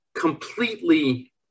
completely